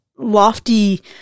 lofty